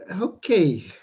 okay